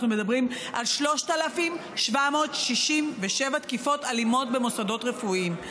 אנחנו מדברים על 3,767 תקיפות אלימות במוסדות רפואיים.